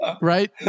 Right